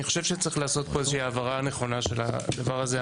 אני חושב שצריך לעשות פה איזושהי הבהרה נכונה של הדבר הזה.